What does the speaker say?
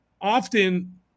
often